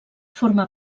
forma